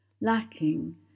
lacking